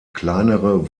kleinere